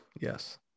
Yes